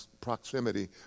proximity